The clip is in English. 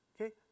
Okay